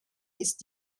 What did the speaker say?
ist